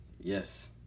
Yes